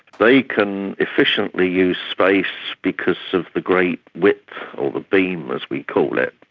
they can efficiently use space because of the great width or the beam, as we call it,